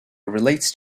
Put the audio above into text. relates